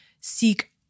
seek